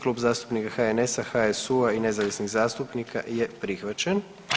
Klub zastupnika HNS-a, HSU-a i nezavisnih zastupnika je prihvaćen.